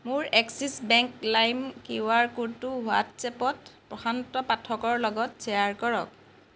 মোৰ Axis bank লাইম Q R ক'ডটো হোৱাট্ছএপত প্ৰশান্ত পাঠকৰ লগত শ্বেয়াৰ কৰক